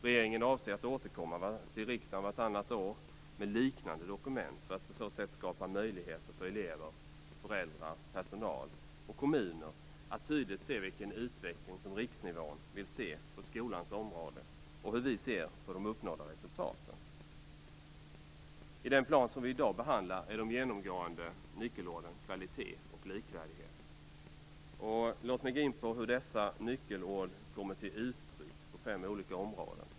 Regeringen avser att återkomma till riksdagen vartannat år med liknande dokument för att på så sätt skapa möjligheter för elever, föräldrar, personal och kommuner att tydligt se vilken utveckling som vi på riksnivå vill se på skolans område och hur vi ser på de uppnådda resultaten. I den plan som vi i dag behandlar är de genomgående nyckelorden kvalitet och likvärdighet. Låt mig gå in på hur dessa nyckelord kommer till uttryck på fem olika områden.